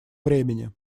времени